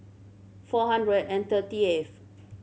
four hundred and thirty eighth